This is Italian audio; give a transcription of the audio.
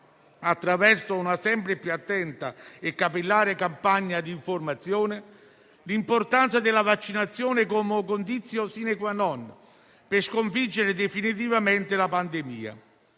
attraverso una sempre più attenta e capillare campagna di informazione - l'importanza della vaccinazione come *conditio sine qua non* per sconfiggere definitivamente la pandemia.